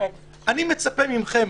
אני מצפה מכם,